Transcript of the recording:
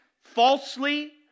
falsely